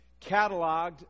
cataloged